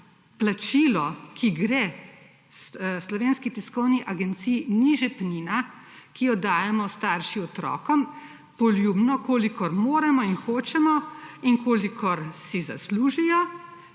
plačilo, ki gre Slovenski tiskovni agenciji, ni žepnina, ki jo dajemo starši otrokom, poljubno, kolikor moremo in hočemo in kolikor si zaslužijo,